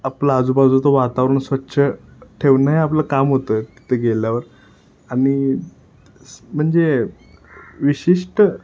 आपला आजूबाजूचं वातावरण स्वच्छ ठेवणं हे आपलं काम होतं तिथं गेल्यावर आणि स् म्हणजे विशिष्ट